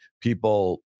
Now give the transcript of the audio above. people